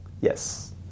Yes